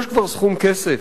יש כבר סכום כסף,